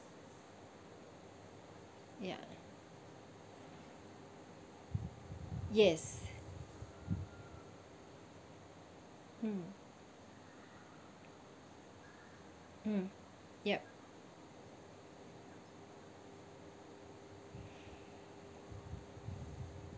ya yes mm mm yup